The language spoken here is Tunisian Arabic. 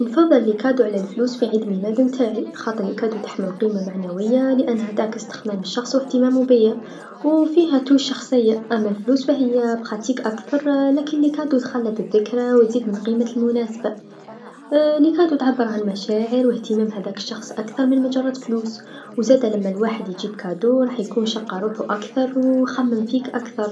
نفضل الهدايا على الفلوس في عيد الميلاد أنتاعي، خاطر الهدايا تحمل قيمه معنويه لأنها تعكس تخمام الشخص و إهتمامو بيا و فيها لمسه شخصيه، أما الفلوس فهي عمليه أكثر لكن الهدايا تخلد الذكرى و تزيد من قيمة المناسبه الهدايا تعبر عن المشاعر و إهتمام هذاك الشخص أكثر من مجرد فلوس، و زادا لما واحد يجيب هديه يكون شقى روحو أكثر و خمم فيك أكثر.